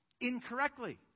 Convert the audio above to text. incorrectly